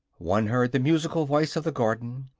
one heard the musical voice of the garden,